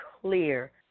clear